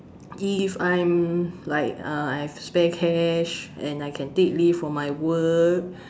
if I'm like uh I have spare cash and I can take leave from my work